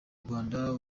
rwanda